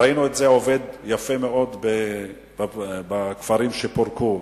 ראינו את זה עובד יפה מאוד בכפרים שפורקו,